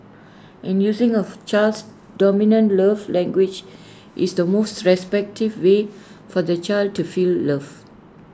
and using of child's dominant love language is the most effective way for the child to feel loved